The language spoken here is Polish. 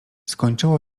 skończyło